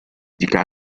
jika